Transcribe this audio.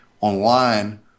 online